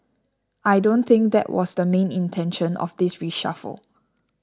I don't think that was the main intention of this reshuffle